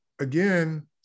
Again